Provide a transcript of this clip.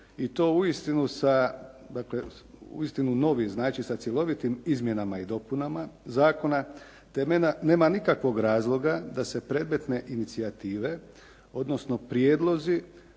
i to uistinu sa, dakle uistinu novi, znači sa cjelovitim izmjenama i dopunama zakona te nema nikakvog razloga da se predmetne inicijative odnosno prijedlozi